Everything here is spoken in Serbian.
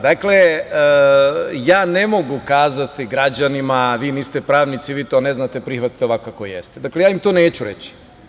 Dakle, ne mogu kazati građanima, vi niste pravnici, vi to ne znate, prihvatite ovako kako jeste, dakle ja im to neću reći.